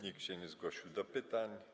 Nikt się nie zgłosił do pytań.